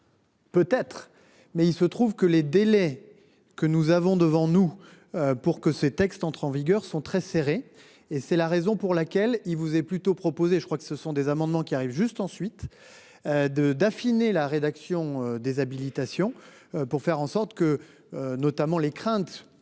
Peut être mais il se trouve que les délais. Que nous avons devant nous. Pour que ces textes entre en vigueur sont très serrés et c'est la raison pour laquelle il vous est plutôt proposé je crois que ce sont des amendements qui arrive juste ensuite. De d'affiner la rédaction des habilitations pour faire en sorte que notamment les craintes.